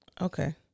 Okay